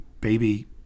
baby